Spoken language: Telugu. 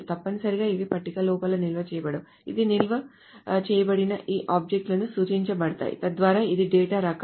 తప్పనిసరిగా ఇవి పట్టిక లోపల నిల్వ చేయబడవు అవి నిల్వ చేయబడిన ఈ ఆబ్జెక్ట్ లకు సూచించబడతాయి తద్వారా ఇది డేటా రకాలు